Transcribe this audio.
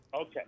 Okay